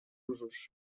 usos